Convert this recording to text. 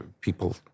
people